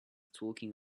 talking